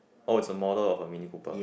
oh is a model of the Mini Cooper